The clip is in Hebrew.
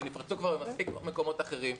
שכבר נפרצו במספיק מקומות אחרים,